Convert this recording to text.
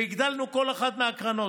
והגדלנו כל אחת מהקרנות,